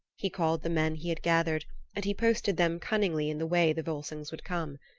he called the men he had gathered and he posted them cunningly in the way the volsungs would come.